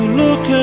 look